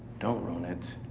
don't ruin it.